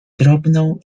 drobną